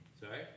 Sorry